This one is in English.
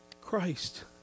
Christ